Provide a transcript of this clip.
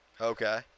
Okay